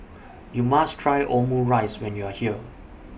YOU must Try Omurice when YOU Are here